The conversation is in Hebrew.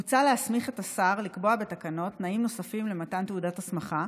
מוצע להסמיך את השר לקבוע בתקנות תנאים נוספים למתן תעודת הסמכה,